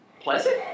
pleasant